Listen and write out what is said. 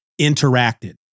interacted